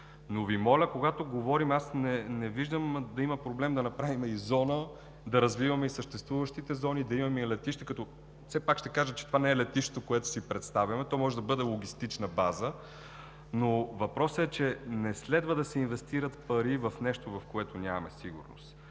на всеки един инвеститор. Не виждам да има проблем да направим и зона, да развиваме и съществуващите зони, да имаме и летище, като все пак ще кажа, че това не е летището, което си представяме, то може да бъде логистична база. Но въпросът е, че не следва да се инвестират пари в нещо, в което нямаме сигурност.